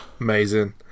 Amazing